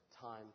time